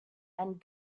and